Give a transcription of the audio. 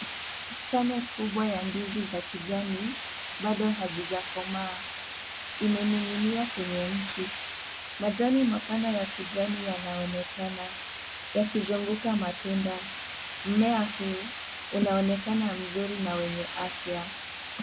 Chane kubwa ya ndizi za kijani bado hazijakomaa imening'inia kwenye mtu, majani mapana ya kijani yanaonekana yakizunguka matunda, mimea huu unaonekana mzuri na wenye afya.